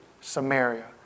Samaria